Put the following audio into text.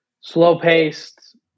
slow-paced